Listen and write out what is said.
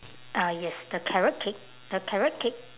ah yes the carrot cake the carrot cake